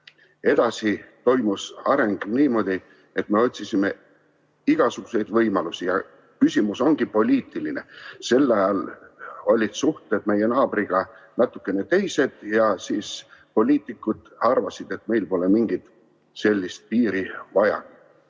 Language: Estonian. Edasi toimus areng niimoodi, et me otsisime igasuguseid võimalusi. Küsimus ongi poliitiline. Sel ajal olid suhted meie naabriga natukene teised ja siis poliitikud arvasid, et meil pole mingit sellist piiri vaja.